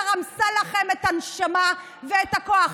שרמסה לכם את הנשמה ואת הכוח.